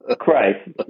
Christ